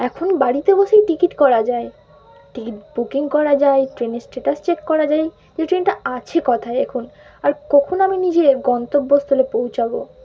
এখন বাড়িতে বসেই টিকিট করা যায় টিকিট বুকিং করা যায় ট্রেনের স্ট্যাটাস চেক করা যায় যে ট্রেনটা আছে কথায় এখন আর কখন আমি নিজের গন্তব্যস্থলে পৌঁছাবো